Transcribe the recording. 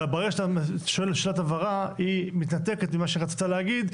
אבל ברגע שאתה שואל שאלת הבהרה היא מתנתקת ממה שהיא רצתה להגיד.